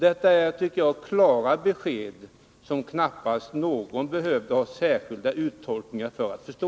Det är klara besked, som knappast någon behöver få uttolkade för att förstå.